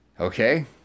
Okay